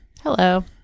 Hello